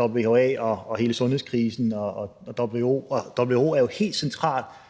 WHA, hele sundhedskrisen og WHO. Og WHO er en jo en af